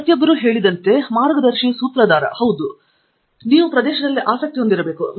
ಆದರೆ ಪ್ರತಿಯೊಬ್ಬರೂ ಹೇಳಿದಂತೆ ಮಾರ್ಗದರ್ಶಿ ಸೂತ್ರ ಹೌದು ಎಂದು ನೀವು ಪ್ರದೇಶದಲ್ಲಿ ಆಸಕ್ತಿ ಹೊಂದಿರಬೇಕು